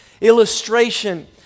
illustration